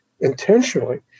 intentionally